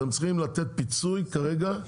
אתם צריכים לתת פיצוי כרגע,